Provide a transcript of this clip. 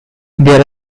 there